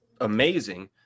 amazing